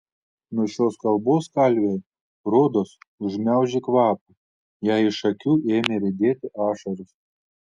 nuo šios kalbos kalvei rodos užgniaužė kvapą jai iš akių ėmė riedėti ašaros